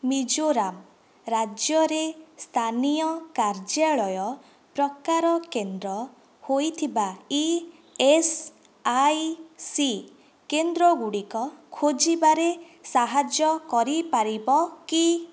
ମିଜୋରାମ୍ ରାଜ୍ୟରେ ସ୍ଥାନୀୟ କାର୍ଯ୍ୟାଳୟ ପ୍ରକାର କେନ୍ଦ୍ର ହୋଇଥିବା ଇଏସ୍ଆଇସି କେନ୍ଦ୍ରଗୁଡ଼ିକ ଖୋଜିବାରେ ସାହାଯ୍ୟ କରିପାରିବ କି